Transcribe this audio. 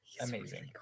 amazing